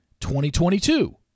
2022